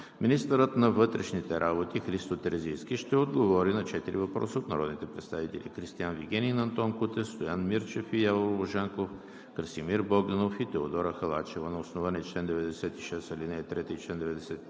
Министърът на вътрешните работи Христо Терзийски ще отговори на четири въпроса от народните представители Кристиан Вигенин; Антон Кутев, Стоян Мирчев и Явор Божанков; Красимир Богданов; и Теодора Халачева. На основание чл. 96, ал. 3 и чл.